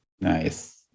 Nice